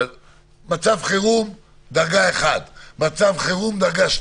מצב חירום דרגה 1, מצב חירום דרגה 2